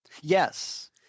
yes